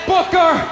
Booker